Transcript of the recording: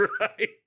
right